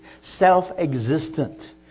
self-existent